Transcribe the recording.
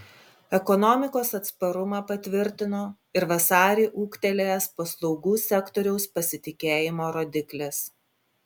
ekonomikos atsparumą patvirtino ir vasarį ūgtelėjęs paslaugų sektoriaus pasitikėjimo rodiklis